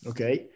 Okay